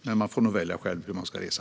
Men man ska själv få välja hur man ska resa.